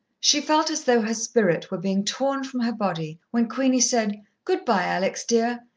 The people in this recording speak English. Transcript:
she felt as though her spirit were being torn from her body when queenie said, good-bye, alex, dear.